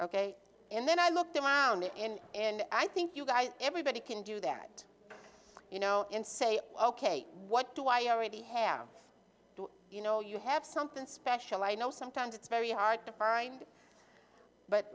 ok and then i look down in and i think you guys everybody can do that you know in say ok what do i already have to you know you have something special i know sometimes it's very hard to find but